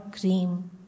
cream